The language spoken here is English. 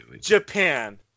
Japan